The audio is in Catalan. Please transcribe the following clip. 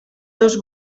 dos